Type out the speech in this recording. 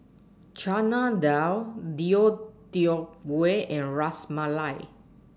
Chana Dal Deodeok Gui and Ras Malai